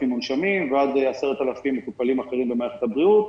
מונשמים ועד 10,000 מטופלים אחרים במערכת הבריאות,